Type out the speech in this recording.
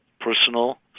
personal